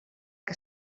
que